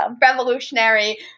revolutionary